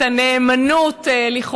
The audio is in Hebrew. את הנאמנות למדינה,